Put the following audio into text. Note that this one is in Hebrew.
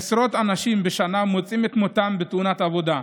עשרות אנשים בשנה מוצאים את מותם בתאונות עבודה.